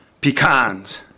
pecans